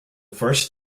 first